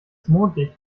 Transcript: mondlicht